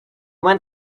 went